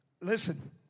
Listen